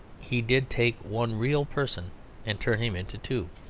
he did take one real person and turn him into two.